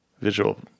visual